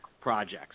projects